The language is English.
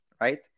right